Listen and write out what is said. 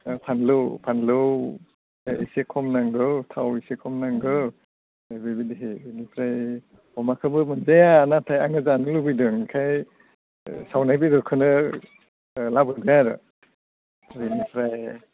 फानलौ फानलौ एसे खम नांगौ थाव एसे खम नांगौ नै बिबायदि इनिफ्राय अमाखोबो मोनजाया नाथाय आङो जानो लुबैदों इनिखायनो सावनाय बेदरखोनो लाबोदो आरो बिनिफ्राय